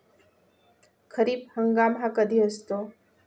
खरीप हंगाम हा कधी असतो?